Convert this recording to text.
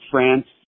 France